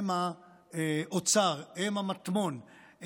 הם האוצר, הם המטמון.